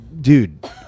dude